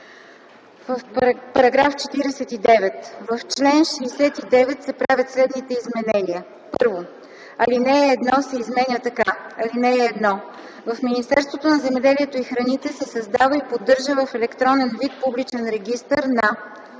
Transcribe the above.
„§ 49. В чл. 69 се правят следните изменения: 1. Алинея 1 се изменя така: „(1) В Министерството на земеделието и храните се създава и поддържа в електронен вид публичен регистър на: